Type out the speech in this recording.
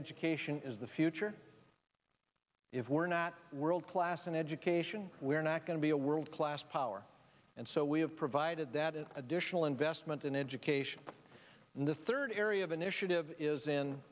education is the future if we're not world class in education we're not going to be a world class power and so we have provided that in additional investment in education in the third area of initiative is in